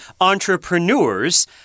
entrepreneurs